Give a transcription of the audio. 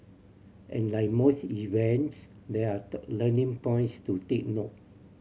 and like most events there are learning points to take note